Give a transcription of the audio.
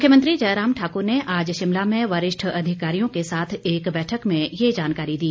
मुख्यमंत्री जयराम ठाकुर ने आज शिमला में वरिष्ठ अधिकारियों के साथ एक बैठक में ये जानकारी दी